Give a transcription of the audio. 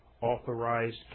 authorized